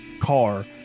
car